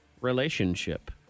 relationship